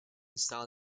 style